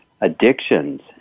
addictions